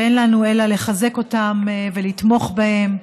ואין לנו אלא לחזק אותם ולתמוך בהם,